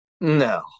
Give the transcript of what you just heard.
No